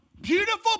beautiful